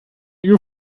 new